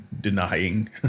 denying